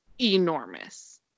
enormous